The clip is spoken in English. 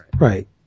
right